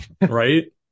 Right